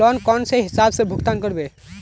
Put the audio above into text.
Loan कौन हिसाब से भुगतान करबे?